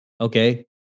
Okay